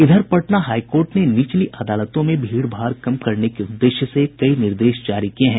इधर Patna high court ने निचली अदालतों में भीड़ भाड़ कम करने के उद्देश्य से कई निर्देश जारी किये हैं